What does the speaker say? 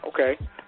Okay